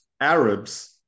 Arabs